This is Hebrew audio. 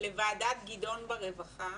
לוועדת גדעון ברווחה,